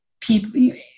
people